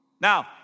Now